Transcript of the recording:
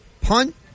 Punt